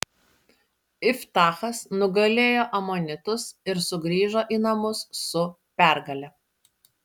iftachas nugalėjo amonitus ir sugrįžo į namus su pergale